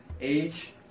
age